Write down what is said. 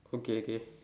okay okay